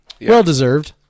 Well-deserved